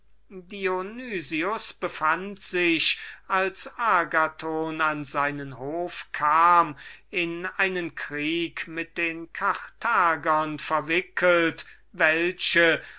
befand sich als agathon an seinen hof kam in einen krieg mit den carthaginensern verwickelt welche